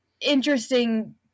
interesting